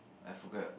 I forget